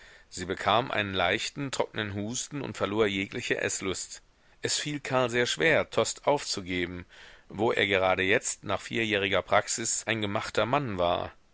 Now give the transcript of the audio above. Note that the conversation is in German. sie bekam einen leichten trocknen husten und verlor jegliche eßlust es fiel karl sehr schwer tostes aufzugeben wo er gerade jetzt nach vierjähriger praxis ein gemachter mann war